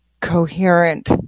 coherent